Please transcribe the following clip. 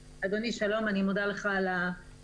אדוני, שלום, אני מודה לך על הדיון.